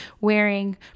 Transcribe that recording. wearing